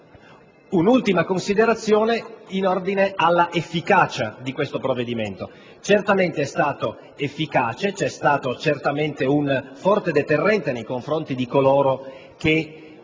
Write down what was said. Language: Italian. Un'ultima considerazione in ordine all'efficacia di questo provvedimento: certamente è stato efficace; ha rappresentato certamente un forte deterrente nei confronti di coloro che